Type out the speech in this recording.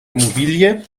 immobilie